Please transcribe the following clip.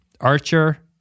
Archer